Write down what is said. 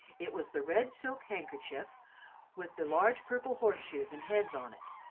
it was the red silk handkerchief with the large purple horse-shoes and heads on it.